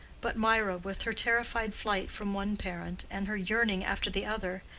but mirah, with her terrified flight from one parent, and her yearning after the other,